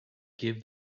give